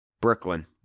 Brooklyn